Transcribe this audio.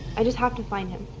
i just have to find him